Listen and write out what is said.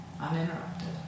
uninterrupted